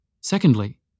Secondly